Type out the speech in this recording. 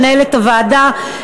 מנהלת הוועדה,